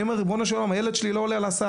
אני אומר, ריבונו של עולם הילד שלי לא עולה להסעה.